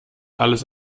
alles